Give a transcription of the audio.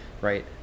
right